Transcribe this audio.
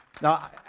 Now